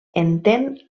entén